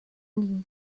nid